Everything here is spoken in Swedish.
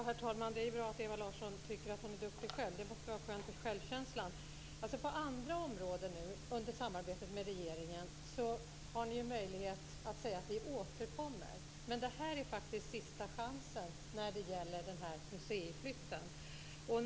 Herr talman! Det är ju bra att Ewa Larsson själv tycker att hon är duktig. Det måste vara skönt för självkänslan. På andra områden under samarbetet med regeringen har ni möjlighet att säga att ni återkommer. Men detta är faktiskt sista chansen när det gäller museiflytten.